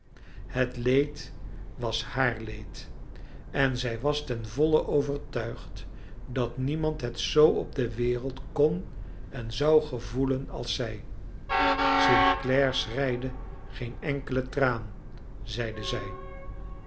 het leed was haar leed en zij was ten volle overtuigd dat niemand het zoo op de wereld kon en zou gevoelen als zij st clare schreide geen enkele traan zeide zij